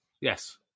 yes